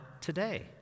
today